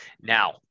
Now